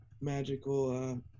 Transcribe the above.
magical